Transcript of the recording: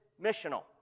missional